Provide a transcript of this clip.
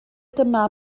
dyma